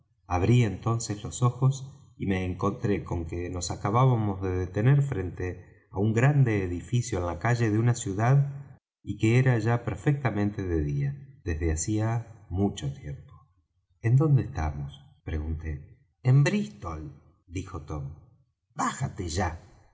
abrí entonces los ojos y me encontré con que nos acabábamos de detener frente á un grande edificio en la calle de una ciudad y que era ya perfectamente de día desde hacía mucho tiempo en dónde estamos pregunté en brístol dijo tom bájate ya